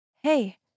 Hey